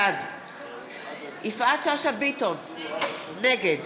בעד יפעת שאשא ביטון, נגד